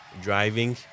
driving